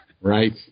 Right